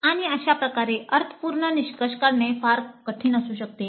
आणि अशा प्रकारे अर्थपूर्ण निष्कर्ष काढणे फार कठीण असू शकते